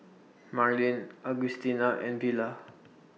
Marlyn Augustina and Villa